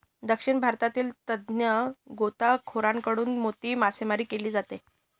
दक्षिण भारतातील तज्ञ गोताखोरांकडून मोती मासेमारी केली जाते